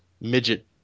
midget